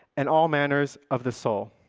and all manners of the soul.